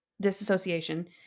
disassociation